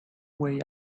way